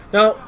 Now